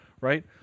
right